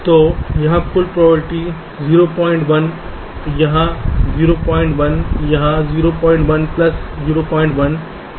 तो यहाँ कुल प्रोबबिलिटी 01 यहाँ और 01 यहाँ 01 प्लस 01 है